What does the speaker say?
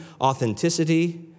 authenticity